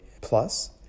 plus